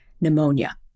pneumonia